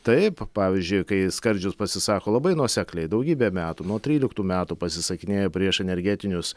taip pavyzdžiui kai skardžius pasisako labai nuosekliai daugybę metų nuo tryliktų metų pasisakinėja prieš energetinius